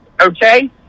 Okay